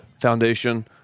Foundation